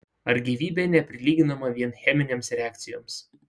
ar gyvybė neprilyginama vien cheminėms reakcijoms